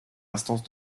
instance